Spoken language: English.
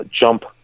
jump